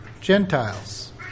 Gentiles